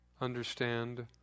understand